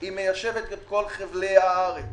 היא מיישבת את כל חבלי הארץ